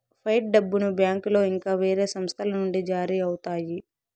fight డబ్బును బ్యాంకులో ఇంకా వేరే సంస్థల నుండి జారీ అవుతాయి